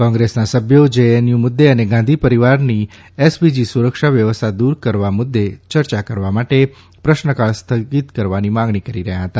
કોંગ્રેસના સભ્યોએ જેએનયુ મુદ્દે અને ગાંધી પરિવારની એસપીજી સુરક્ષા વ્યવસ્થા દૂર કરવાના મુદ્દે ચર્ચા કરવા માટે પ્રશ્નકાળ સ્થગિત કરવાની માંગણી કરી રહ્યા હતા